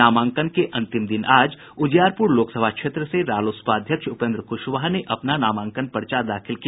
नामांकन के अंतिम दिन आज उजियारपुर लोकसभा क्षेत्र से रालोसपा अध्यक्ष उपेन्द्र क्शवाहा ने अपना नामांकन पर्चा दाखिल किया